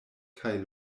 kaj